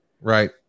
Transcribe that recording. Right